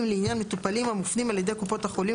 לעניין מטופלים המופנים על ידי קופות החולים,